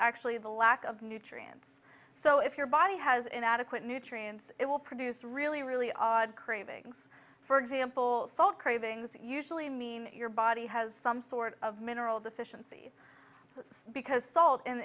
actually the lack of nutrients so if your body has an adequate nutrients it will produce really really odd cravings for example folk cravings that usually mean your body has some sort of mineral deficiency because salt